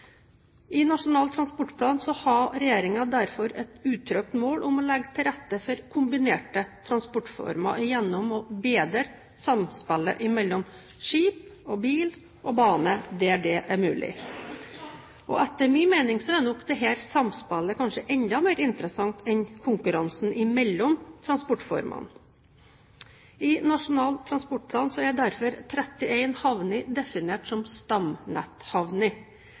I Nasjonal transportplan har regjeringen derfor et uttrykt mål om å legge til rette for kombinerte transportformer gjennom å bedre samspillet mellom skip, bil og bane, der det er mulig. Etter min mening er nok dette samspillet kanskje enda mer interessant enn konkurransen mellom transportformene. I Nasjonal transportplan er derfor 31 havner definert som